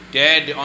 dead